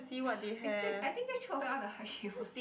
actually I think just throw away all the heart shape one